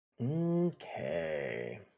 Okay